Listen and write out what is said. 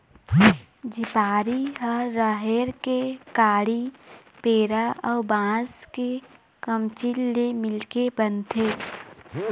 झिपारी ह राहेर के काड़ी, पेरा अउ बांस के कमचील ले मिलके बनथे